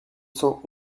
cent